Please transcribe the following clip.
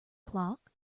clock